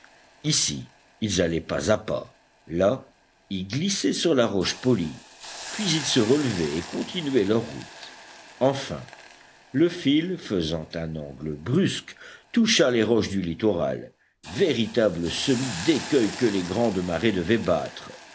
ici ils allaient pas à pas là ils glissaient sur la roche polie puis ils se relevaient et continuaient leur route enfin le fil faisant un angle brusque toucha les roches du littoral véritable semis d'écueils que les grandes marées devaient battre